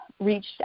reached